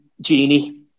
Genie